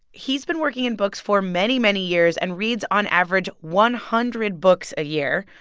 he's been working in books for many, many years and reads on average one hundred books a year.